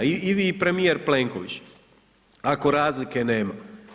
I vi i premijer Plenković, ako razlike nema?